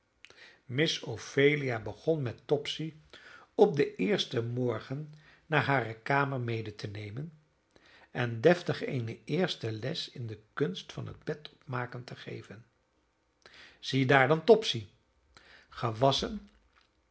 miss ophelia begon met topsy op den eersten morgen naar hare kamer mede te nemen en deftig eene eerste les in de kunst van het bed opmaken te geven ziedaar dan topsy gewasschen